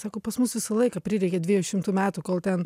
sako pas mus visą laiką prireikia dviejų šimtų metų kol ten